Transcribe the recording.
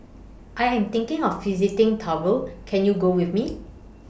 I Am thinking of visiting Tuvalu Can YOU Go with Me